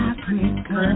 Africa